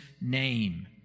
name